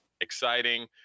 exciting